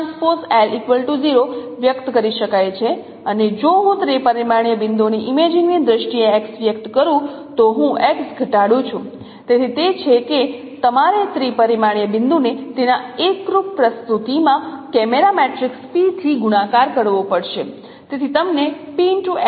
અને જો હું ત્રિ પરિમાણીય બિંદુઓની ઇમેજિંગની દ્રષ્ટિએ x વ્યક્ત કરું તો હું x ઘટાડું છું તેથી તે છે કે તમારે ત્રિ પરિમાણીય બિંદુને તેના એકરૂપ પ્રસ્તુતિ માં કેમેરા મેટ્રિક્સ P થી ગુણાકાર કરવો પડશે